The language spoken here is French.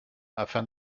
afin